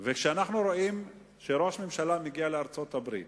וכשאנחנו רואים שראש ממשלה מגיע לארצות-הברית